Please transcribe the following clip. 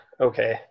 okay